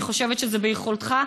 אני חושבת שזה ביכולתך ובסמכותך.